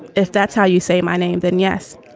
if that's how you say my name, then yes.